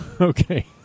Okay